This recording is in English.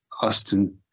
Austin